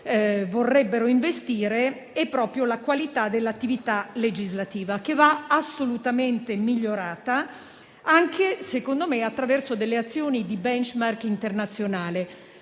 vorrebbero investire, è proprio la qualità dell'attività legislativa che va assolutamente migliorata, e - secondo me - anche attraverso azioni di *benchmark* internazionale.